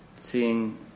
seeing